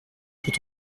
tout